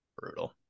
Brutal